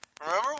Remember